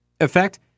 effect